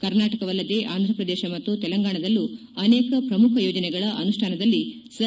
ಕರ್ನಾಟಕವಲ್ಲದೆ ಅಂಧಪ್ರದೇಶ ಮತ್ತು ತೆಲಂಗಾಣದಲ್ಲೂ ಅನೇಕ ಪ್ರಮುಖ ಯೋಜನೆಗಳ ಅನುಷ್ಠಾನದಲ್ಲಿ ಸರ್